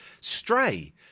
Stray